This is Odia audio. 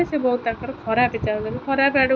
ଭଲ ଲାଗେ